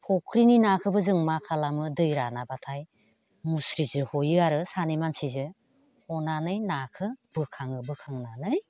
फुख्रिनि नाखौबो जों मा खालामो दै रानाबाथाय मुस्रिजों हयो आरो सानै मानसिजों हनानै नाखौ बोखाङो बोखांनानै